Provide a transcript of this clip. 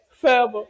forever